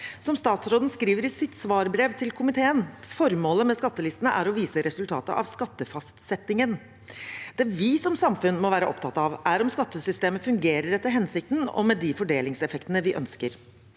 Som statsråden skriver i sitt svarbrev til komiteen: «Formålet med skattelistene er å vise resultatet av skattefastsettingen.» Det vi som samfunn må være opptatt av, er om skattesystemet fungerer etter hensikten og med de fordelingseffektene vi ønsker.